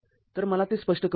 तर मला ते स्पष्ट करू द्या